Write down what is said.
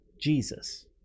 Jesus